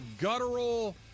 guttural